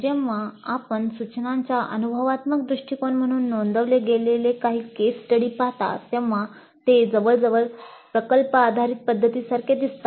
जेव्हा आपण सूचनांच्या अनुभवात्मक दृष्टिकोन म्हणून नोंदवले गेलेले काही केस स्टडी पाहता तेव्हा ते जवळजवळ प्रकल्प आधारित पध्दतीसारखे दिसतात